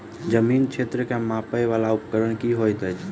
जमीन क्षेत्र केँ मापय वला उपकरण की होइत अछि?